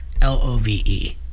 L-O-V-E